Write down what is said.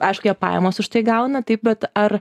aišku jie pajamas už tai gauna taip bet ar